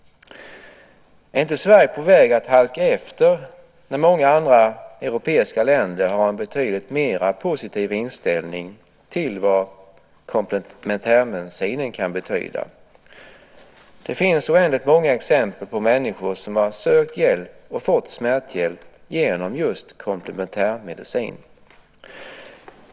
Är inte Sverige på väg att halka efter när många andra europeiska länder har en betydligt mer positiv inställning till vad komplementärmedicinen kan betyda? Det finns oändligt många exempel på människor som har sökt och fått smärthjälp genom just komplementärmedicin.